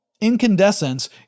Incandescence